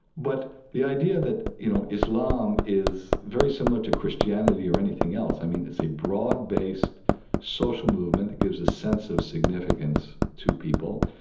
but the idea that, you know, islam is very similar to christianity or anything else, i mean, it's a broad-based social movement. it gives a sense of significance to people.